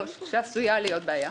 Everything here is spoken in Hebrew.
לא, שעשויה להיות בעיה.